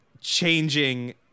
changing